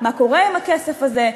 מה קורה עם הכסף הזה?